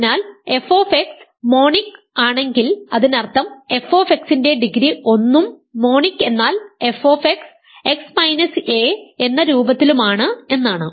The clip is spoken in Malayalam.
അതിനാൽ f മോണിക് ആണെങ്കിൽ അതിനർത്ഥം f ൻറെ ഡിഗ്രി 1 ഉം മോണിക് എന്നാൽ f x a എന്ന രൂപത്തിലുമാണ് എന്നാണ്